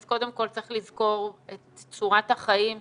אז קודם כל צריך לזכור את צורת החיים שם,